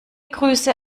grüße